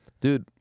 Dude